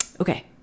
okay